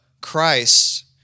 Christ